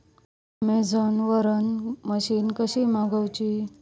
Amazon वरन machine कशी मागवची?